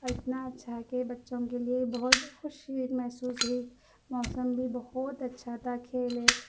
اتنا اچھا کہ بچوں کے لیے بہت خوشی محسوس ہوئی موسم بھی بہت اچھا تھا کھیلے